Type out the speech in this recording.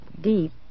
deep